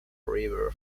river